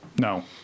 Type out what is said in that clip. No